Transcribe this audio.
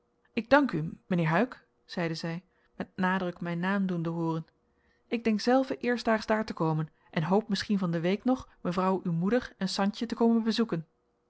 ik dank u mijnheer huyck zeide zij met nadruk mijn naam doende hooren ik denk zelve eerstdaags daar te komen en hoop misschien van de week nog mevrouw uw moeder en santje te komen bezoeken